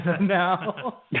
now